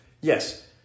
yes